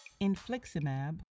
infliximab